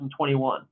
2021